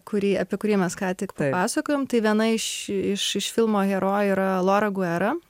kurį apie kurį mes ką tik pasakojom tai viena iš iš iš filmo herojų yra lora guera